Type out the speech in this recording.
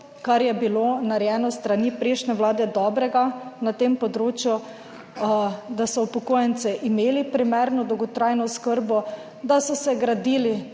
kar je bilo narejeno s strani prejšnje Vlade dobrega na tem področju, da so upokojenci imeli primerno dolgotrajno oskrbo, da so se gradili